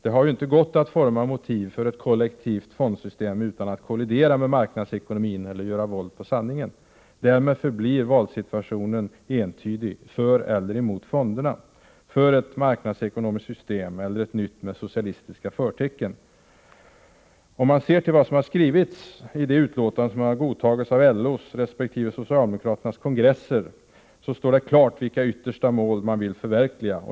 Det har ju inte gått att forma motiv för ett kollektivt fondsystem utan att kollidera med marknadsekonomin eller göra våld på sanningen. Därmed förblir valsituationen entydig: för eller emot fonderna — ett marknadsekonomiskt system eller ett nytt med socialistiska förtecken. Om man ser till vad som har skrivits i de utlåtanden som har godtagits av LO:s resp. socialdemokraternas kongresser står det klart vilka yttersta mål som man vill förverkliga.